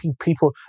people